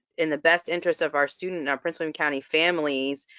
in the best interests of our students and our prince william county families,